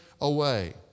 away